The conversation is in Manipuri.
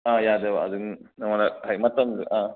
ꯑꯥ ꯌꯥꯖꯕ ꯑꯗꯨ ꯅꯪꯉꯣꯟꯗ ꯍꯥꯏ ꯃꯇꯝꯗꯨ ꯑꯥ